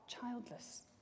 childless